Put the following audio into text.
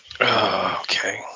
Okay